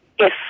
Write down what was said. Yes